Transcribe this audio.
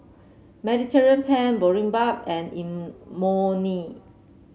Mediterranean Penne Boribap and Imoni